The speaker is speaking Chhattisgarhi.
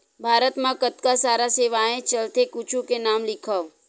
भारत मा कतका सारा सेवाएं चलथे कुछु के नाम लिखव?